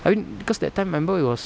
I mean because that time I remember it was